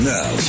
Now